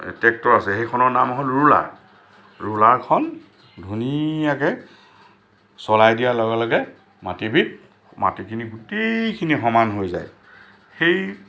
tractor আছে সেইখনৰ নাম হ'ল ৰুলাৰ ৰুলাৰখন ধুনীয়াকৈ ৰুলাৰখন ধুনীয়াকৈ চলাই দিয়াৰ লগে লগে মাটিবিধ মাটিখিনি গোটেইখিনি সমান হৈ যায় সেই